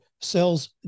sells